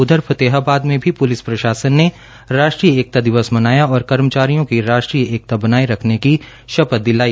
उधर फतेहाबाद में भी पुलिस प्रशासन ने राष्ट्रीय एकता दिवस मनाया और कर्मचारियों की राष्ट्रीय एकता बनाए रखने की शपथ दिलाई